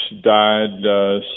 died